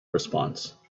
response